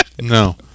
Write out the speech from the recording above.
No